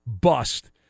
bust